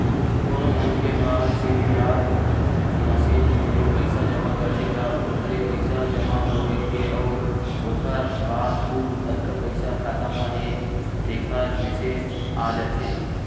कोनो मनखे ह सीडीआर मसीन ले पइसा जमा करथे त ओखरो पइसा जमा होए के अउ ओखर बाद कुल कतका पइसा खाता म हे तेखर मेसेज आ जाथे